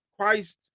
Christ